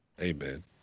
Amen